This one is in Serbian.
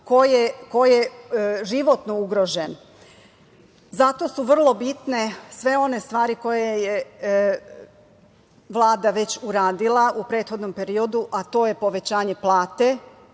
ko je životno ugrožen. Zato su vrlo bitne sve one stvari koje je Vlada već uradila u prethodnom periodu, a to je povećanje plate